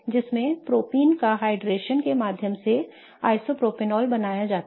जिसमें propene के जलयोजन के माध्यम से आइसोप्रोपेनॉल बनाया जाता है